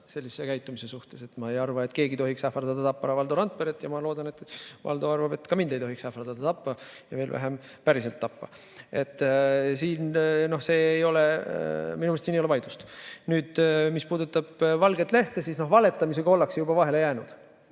sellise käitumise suhtes. Ma ei arva, et keegi tohiks ähvardada tappa Valdo Randperet, ja ma loodan, et Valdo arvab, et ka mind ei tohiks ähvardada tappa ja veel vähem päriselt tappa. Minu meelest siin ei ole vaidlust. Mis puudutab valget lehte, siis valetamisega ollakse juba vahele jäänud,